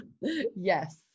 Yes